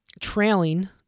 trailing